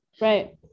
Right